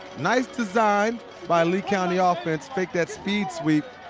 nice design by lee county ah offense. take that speed sweep